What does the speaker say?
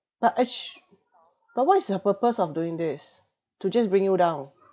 but act~ but what is her purpose of doing this to just bring you down